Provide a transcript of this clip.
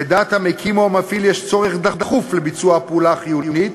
לדעת המקים או המפעיל יש צורך דחוף לביצוע פעולה החיונית